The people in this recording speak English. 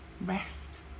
rest